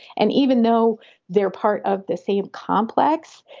and even though they're part of the same complex,